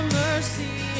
mercy